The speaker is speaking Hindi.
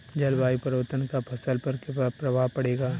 जलवायु परिवर्तन का फसल पर क्या प्रभाव पड़ेगा?